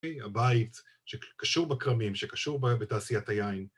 הבית שקשור בכרמים, שקשור בתעשיית היין.